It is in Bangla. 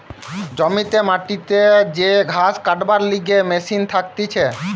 জমিতে মাটিতে যে ঘাস কাটবার লিগে মেশিন থাকতিছে